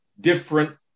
different